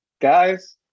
guys